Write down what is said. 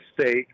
state